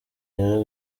rero